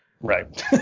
Right